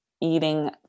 eating